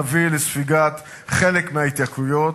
שתביא לספיגת חלק מההתייקרויות.